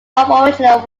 aboriginal